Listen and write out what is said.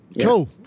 cool